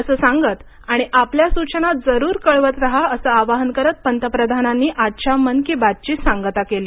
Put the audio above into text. असे सांगत आणि आपल्या सूचना जरूर कळवत रहा असे आवाहन करत पंतप्रधानांनी आजच्या मन की बात ची सांगता केली